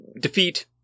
defeat